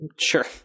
Sure